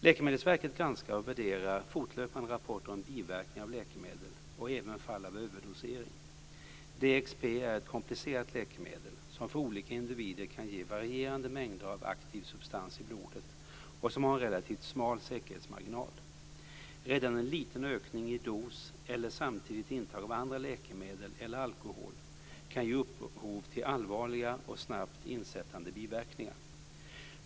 Läkemedelsverket granskar och värderar fortlöpande rapporter om biverkningar av läkemedel och även fall av överdosering. DXP är ett komplicerat läkemedel som för olika individer kan ge varierande mängder av aktiv substans i blodet och som har en relativt smal säkerhetsmarginal. Redan en liten ökning i dos eller samtidigt intag av andra läkemedel eller alkohol kan ge upphov till allvarliga och snabbt insättande biverkningar.